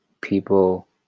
people